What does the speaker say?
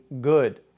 good